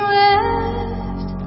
left